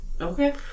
Okay